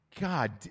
God